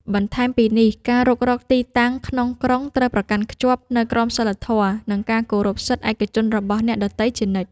បន្ថែមពីនេះ ការរុករកទីតាំងក្នុងក្រុងត្រូវប្រកាន់ខ្ជាប់នូវក្រមសីលធម៌ និងការគោរពសិទ្ធិឯកជនរបស់អ្នកដទៃជានិច្ច។